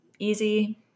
Easy